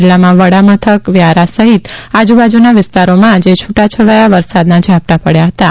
જિલ્લાના વડા મથક વ્યારા સહિત આજુબાજુના વિસ્તારોમાં આજે છૂટાછવાયા વરસાદના ઝાપટાં પડ્યાં હતાં